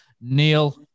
neil